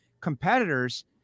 competitors